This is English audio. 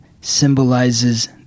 symbolizes